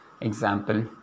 example